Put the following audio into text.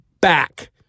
back